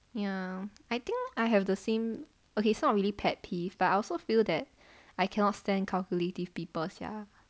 ya I think I have the same okay so not really pet peeve but I also feel that I cannot stand calculative people sia